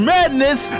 Madness